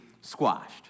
squashed